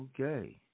Okay